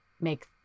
make